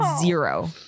zero